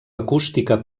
acústica